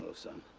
ah son.